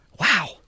Wow